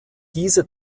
diese